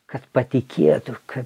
kad patikėtu ka